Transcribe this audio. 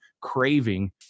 craving